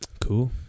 Cool